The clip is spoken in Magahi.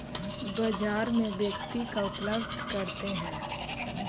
बाजार में व्यक्ति का उपलब्ध करते हैं?